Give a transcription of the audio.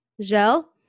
gel